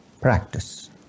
practice